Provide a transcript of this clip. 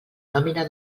nòmina